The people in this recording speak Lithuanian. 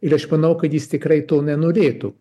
ir aš manau kad jis tikrai to nenorėtų